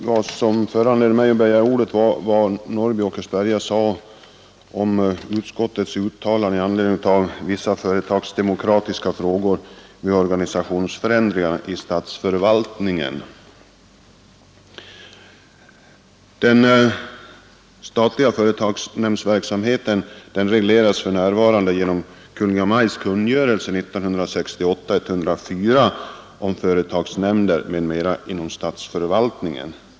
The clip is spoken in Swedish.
Vad som föranledde mig att begära ordet var det som herr Norrby i Åkersberga sade om utskottets uttalande i anledning av vissa företagsdemokratiska frågor vid organisationsförändringar i statsförvaltningen.